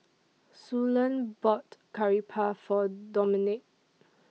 Suellen bought Curry Puff For Domenic